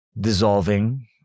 dissolving